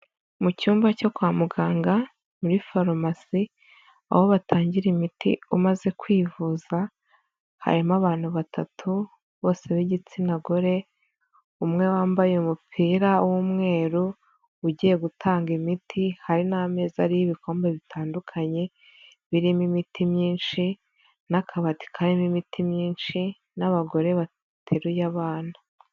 Mu cyumba cyo kwa muganga muri farumasi aho batangira imiti umaze kwivuza harimo abantu batatu bose b'igitsina gore, umwe wambaye umupira w'umweru ugiye gutanga imiti, hari n'ameza ari'ibikombe bitandukanye birimo imiti myinshi n'akabati karimo imiti myinshi, n'abagore bateruye abana.